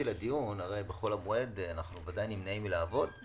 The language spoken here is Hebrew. בחול המועד אנחנו בוודאי נמנעים מלעבוד,